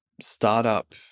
startup